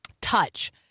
Touch